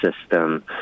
system